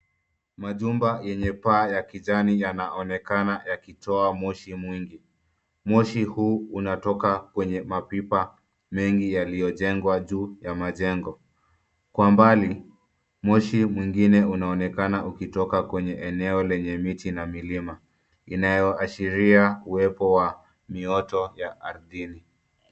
Majumba yenye paa ya kijana yanaonekana yakitoa moshi mwingi. Moshi huu unatoka kwenye mapipa mengi yaliyojengwa juu ya majengo. Kwa mbali, moshi mwingine unaonekana ukitoka kwenye eneo lenye miti na milima, inayoashiria uwepo ya mioto wa ardhini.